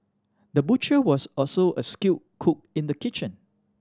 the butcher was also a skilled cook in the kitchen